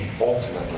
ultimately